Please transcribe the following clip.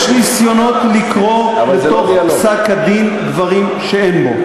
יש ניסיונות לקרוא בתוך פסק-הדין דברים שאין בו.